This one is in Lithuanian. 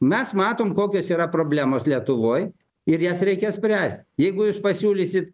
mes matom kokios yra problemos lietuvoj ir jas reikia spręst jeigu jūs pasiūlysit